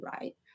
right